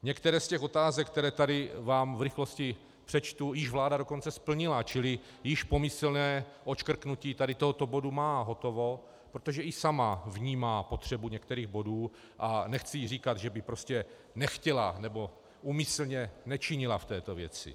Některé z těch otázek, které vám tady v rychlosti přečtu, již vláda dokonce splnila, čili již pomyslné odškrtnutí tady toho bodu má hotovo, protože i sama vnímá potřebu některých bodů, a nechci říkat, že by prostě nechtěla nebo úmyslně nečinila v této věci.